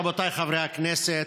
רבותיי חברי הכנסת,